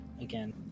again